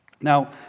Now